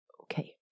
Okay